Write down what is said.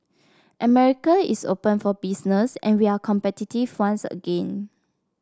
America is open for business and we are competitive once again